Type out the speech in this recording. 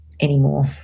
anymore